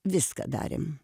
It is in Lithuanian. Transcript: viską darėm